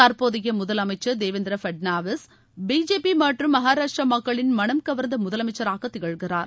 தற்போதைய முதலமைச்சர் தேவேந்திர ஃபட்னாவிஸ் பிஜேபி மற்றும் மகாராஷ்டிர மக்களின் மனம்கவர்ந்த முதலமைச்சராக திகழ்கிறார்